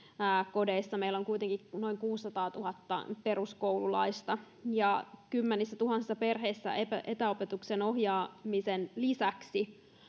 kodeissa meillä on kuitenkin noin kuusisataatuhatta peruskoululaista ja kymmenissätuhansissa perheissä etäopetuksen ohjaamisen lisäksi